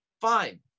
fine